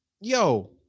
yo